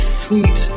sweet